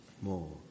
more